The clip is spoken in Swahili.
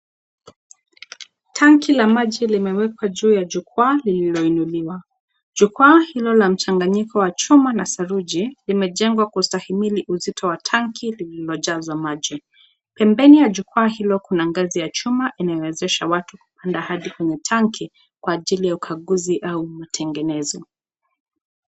Tanki la maji limewekwa juu ya jukwaa lililoinuliwa. Jukwaa hilo lina mchanganyiko chuma wa saruji, limejengwa kustahimili uzito wa tanki lililojazwa maji. Pembeni ya jukwaa hilo kuna ngazi ya chuma inayowezesha watu kupanda hadi kwenye tanki kwa ajili ya ukaguzi au utengenezo.